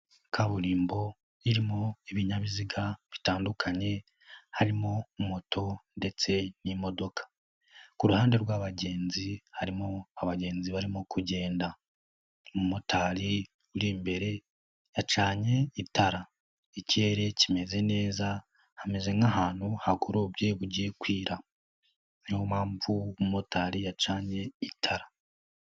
Kaburimbo irimo ibinyabiziga bitandukanye, harimo moto ndetse n'imodoka. Kuru ruhande rw'abagenzi, harimo abagenzi barimo kugenda, umumotari uri imbere yacanye itara, ikirere kimeze neza hameze nk'ahantu hagorobye bugiye kwira, niyo mpamvu umu momotari yacanye itara.